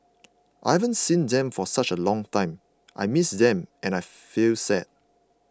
I haven't seen them for such a long time I miss them and I feel sad